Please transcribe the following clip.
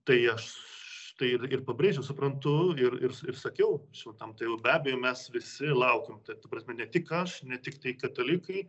tai aš štai ir ir pabrėžiau suprantu ir ir ir sakiau šventam tėvui be abejo mes visi laukiam ta prasme ne tik aš ne tiktai katalikai